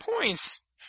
points